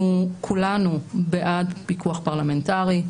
אנחנו כולנו בעד פיקוח פרלמנטרי.